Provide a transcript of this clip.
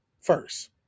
first